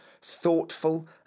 thoughtful